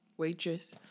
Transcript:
Waitress